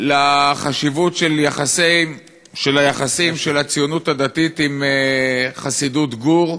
לחשיבות היחסים של הציונות הדתית עם חסידות גור,